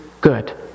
good